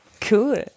Cool